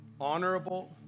honorable